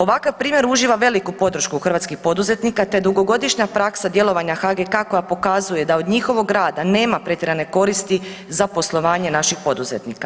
Ovakav primjer uživa veliku podršku hrvatskih poduzetnika te dugogodišnja praksa djelovanja HGK koja pokazuje da od njihovog rada nema pretjerane koristi za poslovanje naših poduzetnika.